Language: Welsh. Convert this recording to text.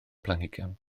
planhigion